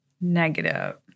negative